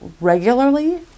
regularly